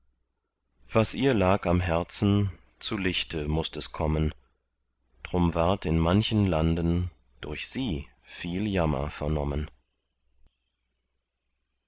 was ihr lag am herzen zu lichte mußt es kommen drum ward in manchen landen durch sie viel jammer vernommen